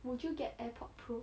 would you get airpod pro